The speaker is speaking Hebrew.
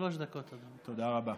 תודה רבה.